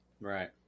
Right